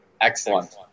Excellent